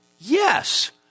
yes